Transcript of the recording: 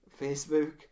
facebook